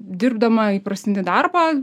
dirbdama įprastinį darbą